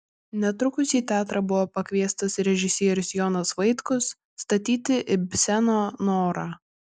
netrukus į teatrą buvo pakviestas režisierius jonas vaitkus statyti ibseno norą